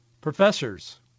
Professors